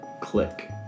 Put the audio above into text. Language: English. Click